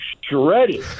shredded